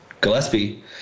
gillespie